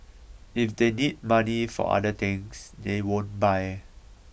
if they need money for other things they won't buy